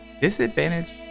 disadvantage